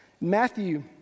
Matthew